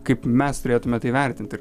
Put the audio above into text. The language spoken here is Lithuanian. kaip mes turėtume tai vertinti